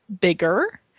bigger